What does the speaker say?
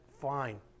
Fine